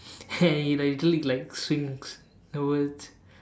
and he like literally like swings the words